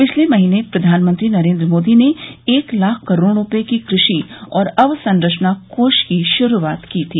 पिछले महीने प्रधानमंत्री नरेन्द्र मोदी ने एक लाख करोड़ रूपये की कृषि और अवसंरचना कोष की शुरूआत की थी